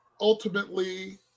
ultimately